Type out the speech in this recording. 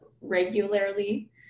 regularly